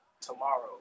tomorrow